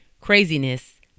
craziness